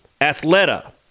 Athleta